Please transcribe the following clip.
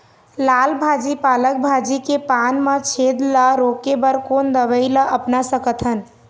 लाल भाजी पालक भाजी के पान मा छेद ला रोके बर कोन दवई ला अपना सकथन?